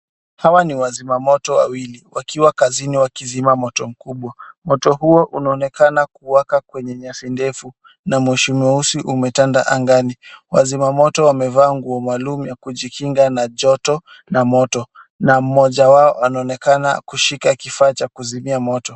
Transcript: Hawa ni wazima moto wawili, wakiwa kazini wakizima moto kubwa. Moto huo unaonekana kuwaka kwenye nyasi ndefu na moshi mweusi umetanda again. Wazima moto wamevaa nguo zao maalum ya kujikinga na joto na moto, na mmoja wao anaonekana kushika kifaa cha kuzimia moto.